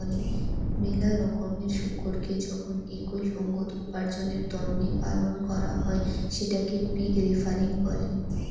মেলা রকমকার শুকোরকে যখন একই সঙ্গত উপার্জনের তন্নে পালন করাং হই সেটকে পিগ রেয়ারিং বলে